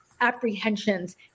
apprehensions